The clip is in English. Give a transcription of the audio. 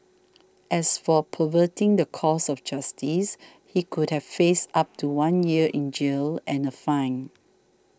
as for perverting the course of justice he could have faced up to one year in jail and a fine